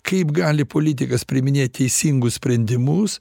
kaip gali politikas priiminėt teisingus sprendimus